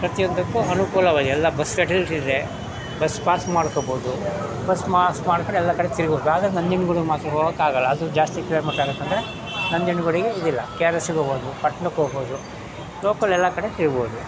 ಪ್ರತಿಯೊಂದಕ್ಕೂ ಅನುಕೂಲವಾಗಿ ಎಲ್ಲ ಬಸ್ ಫೆಟಿಲಿಟಿ ಇದೆ ಬಸ್ ಪಾಸ್ ಮಾಡ್ಕೊಳ್ಬೋದು ಬಸ್ ಮಾಸ್ ಮಾಡ್ಕೊಂಡು ಎಲ್ಲ ಕಡೆ ತಿರ್ಗ್ಬೋದು ಆದರೆ ನಂಜನ್ಗೂಡಿಗೆ ಮಾತ್ರ ಹೋಗೋಕ್ಕಾಗಲ್ಲ ಅದು ಜಾಸ್ತಿ ಫೇಮಸ್ ಆಗುತ್ತಂತಲೇ ನಂಜನಗೂಡಿಗೆ ಇದಿಲ್ಲ ಕೆ ಆರ್ ಎಸ್ಸಿಗೆ ಹೋಗ್ಬೋದು ಪಟ್ಣಕ್ಕೆ ಹೋಗ್ಬೋದು ಲೋಕಲ್ ಎಲ್ಲ ಕಡೆ ತಿರ್ಗ್ಬೋದು